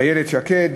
איילת שקד,